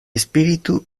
espíritu